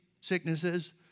sicknesses